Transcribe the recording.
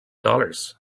dollars